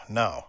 no